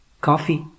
Coffee